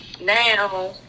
Now